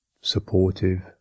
supportive